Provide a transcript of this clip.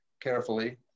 carefully